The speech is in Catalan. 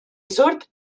surt